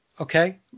Okay